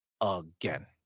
again